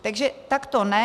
Takže takto ne.